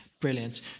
Brilliant